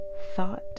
thought